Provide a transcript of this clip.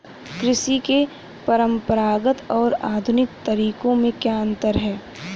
कृषि के परंपरागत और आधुनिक तरीकों में क्या अंतर है?